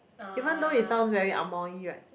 even though it sounds very anngmoh right